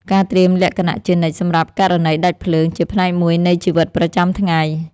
ការត្រៀមលក្ខណៈជានិច្ចសម្រាប់ករណីដាច់ភ្លើង ជាផ្នែកមួយនៃជីវិតប្រចាំថ្ងៃ។